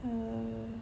err